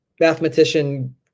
mathematician